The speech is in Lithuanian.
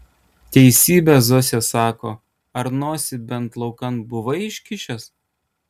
teisybę zosė sako ar nosį bent laukan buvai iškišęs